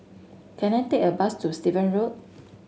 can I take a bus to Steven Road